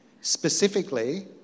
specifically